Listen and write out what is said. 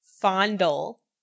Fondle